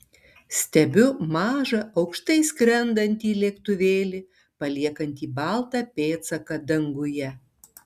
stebiu mažą aukštai skrendantį lėktuvėlį paliekantį baltą pėdsaką danguje